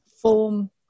form